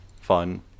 fun